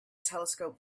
telescope